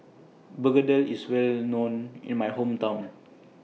Begedil IS Well known in My Hometown